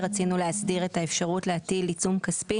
רצינו להסדיר את האפשרות להטיל עיצום כספי